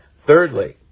Thirdly